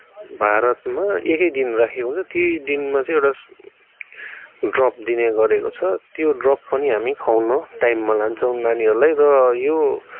भारतमा एकै दिन राखेको हुन्छ त्यही दिनमा चाहिँ एउटा ड्रप दिने गरेको छ त्यो ड्रप पनि हामी खुवाउन टाइममा लान्छौँ नानीहरूलाई र यो